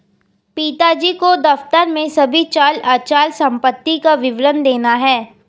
पिताजी को दफ्तर में सभी चल अचल संपत्ति का विवरण देना है